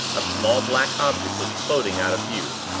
a small black object was floating out of view.